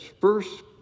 First